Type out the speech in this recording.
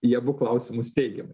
į abu klausimus teigiamai